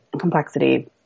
complexity